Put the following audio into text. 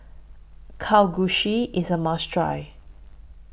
Kalguksu IS A must Try